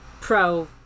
pro